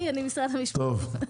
אני משרד המשפטים.